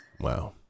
Wow